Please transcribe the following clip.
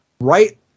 right